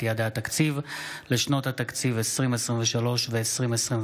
יעדי התקציב לשנות התקציב 2023 ו-2024),